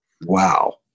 Wow